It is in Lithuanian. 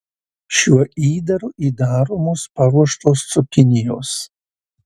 šiuo įdaru įdaromos paruoštos cukinijos